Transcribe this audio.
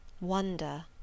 Wonder